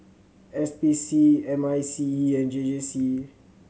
S P C M I C E and J J C